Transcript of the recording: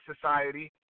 society